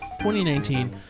2019